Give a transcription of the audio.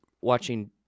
watching